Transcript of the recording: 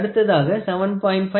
அடுத்ததாக 7